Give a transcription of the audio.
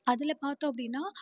அதில் பார்த்தோம் அப்படின்னா